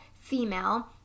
female